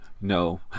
No